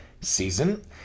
season